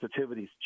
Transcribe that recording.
sensitivities